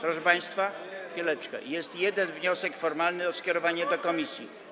Proszę państwa, chwileczkę, jest jeden wniosek formalny, o skierowanie do komisji.